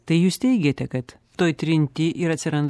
tai jūs teigėte kad toj trinty ir atsiranda